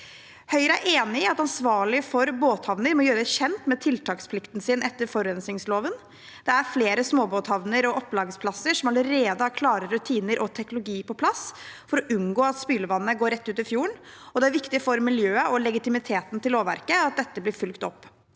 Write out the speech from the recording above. Høyre er enig i at ansvarlige for båthavner må gjøres kjent med tiltaksplikten sin etter forurensningsloven. Det er flere småbåthavner og opplagsplasser som allerede har klare rutiner og teknologi på plass for å unngå at spylevannet går rett ut i fjorden, og det er viktig for miljøet og legitimiteten til lovverket at dette blir fulgt opp.